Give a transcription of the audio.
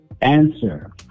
answer